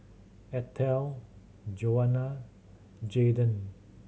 Ethel Joana Jayden